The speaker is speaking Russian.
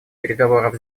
переговоров